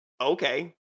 Okay